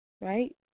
right